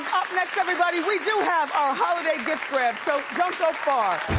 up next everybody, we do have our holiday gift grab so don't go far.